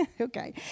Okay